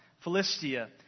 Philistia